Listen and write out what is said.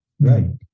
Right